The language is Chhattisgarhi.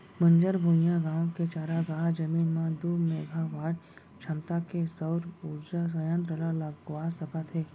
बंजर भुइंयाय गाँव के चारागाह जमीन म दू मेगावाट छमता के सउर उरजा संयत्र ल लगवा सकत हे